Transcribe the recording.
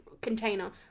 container